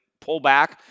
pullback